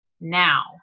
Now